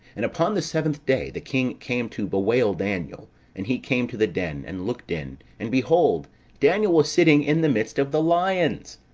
and upon the seventh day the king came to bewail daniel and he came to the den, and looked in, and behold daniel was sitting in the midst of the lions.